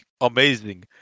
amazing